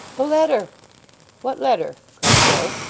the letter what letter cried joe.